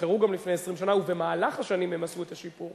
נבחרו כבר לפני 20 שנה ובמהלך השנים הם עשו את השיפור.